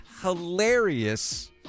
hilarious